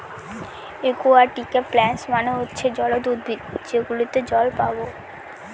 একুয়াটিকে প্লান্টস মানে হচ্ছে জলজ উদ্ভিদ যেগুলোতে জল পাবো